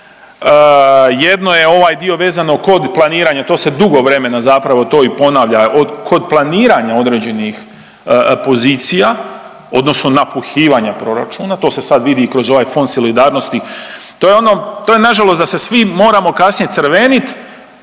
jedno je ovaj dio vezano kod planiranja, to se drugo vremena zapravo to i ponavlja kod planiranja određenih pozicija, odnosno napuhivanja proračuna, to se sad vidi i kroz ovaj Fond solidarnosti. To je ono, to je nažalost da se svi moramo kasnije crvenit,